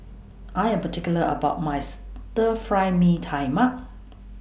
I Am particular about My Stir Fry Mee Tai Mak